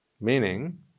meaning